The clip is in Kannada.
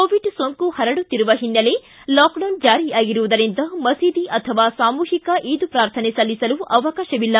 ಕೋವಿಡ್ ಸೋಂಕು ಪರಡುತ್ತಿರುವ ಹಿನ್ನೆಲೆ ಲಾಕ್ಡೌನ್ ಜಾರಿಯಾಗಿರುವುದರಿಂದ ಮಸೀದಿ ಅಥವಾ ಸಾಮೂಹಿಕ ಈದ್ ಪ್ರಾರ್ಥನೆ ಸಲ್ಲಿಸಲು ಅವಕಾಶವಿಲ್ಲ